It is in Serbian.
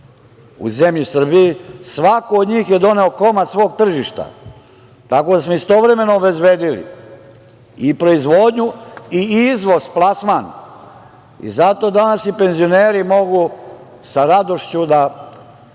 u zemlji Srbiji, svako od njih je doneo komad svog tržišta, tako da smo istovremeno obezbedili i proizvodnju i izvoz, plasman i zato današnji penzioneri mogu sa radošću da